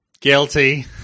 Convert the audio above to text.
Guilty